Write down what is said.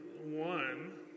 One